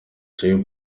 jay